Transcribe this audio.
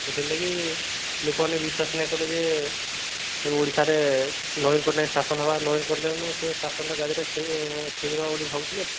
ସେଥିର୍ ଲାଗି ଲୋକମାନେ ବିଶ୍ୱାସ ନାଇ କଲେ ଯେ ଓଡ଼ିଶାରେ ନବୀନ ପଟ୍ଟନାୟକ ଶାସନର ନବୀନ ପଟ୍ଟନାୟକ ନୁ ସେ ଶାସନ ଗାଦିରେ ସେ ଛିଦ୍ର ବୋଲି ଭାବୁଥିଲେ